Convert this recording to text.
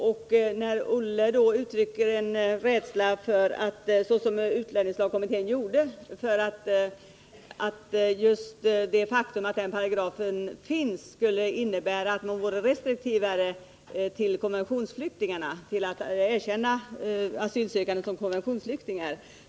Olle Göransson uttryckte en rädsla, såsom utlänningslagkommittén gjorde, för att just det faktum att denna paragraf finns skulle innebära att man vore restriktivare till att erkänna asylsökande såsom konventionsflyktingar.